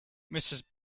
mrs